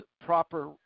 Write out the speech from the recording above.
proper